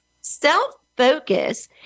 self-focus